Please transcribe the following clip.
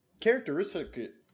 characteristic